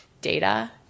Data